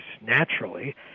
naturally